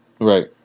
Right